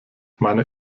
meiner